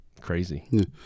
Crazy